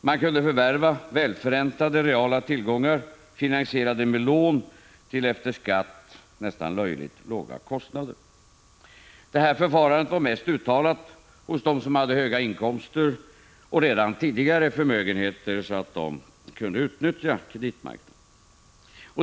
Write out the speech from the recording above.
Man kunde förvärva välförräntade reala tillgångar, finansierade med lån, till efter skatt nästan löjligt låga kostnader. Detta förfarande var mest uttalat hos dem som hade höga inkomster och redan tidigare förmögenheter så att de kunde utnyttja kreditmarknaden.